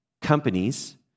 companies